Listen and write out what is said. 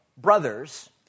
brothers